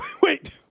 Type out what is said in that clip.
Wait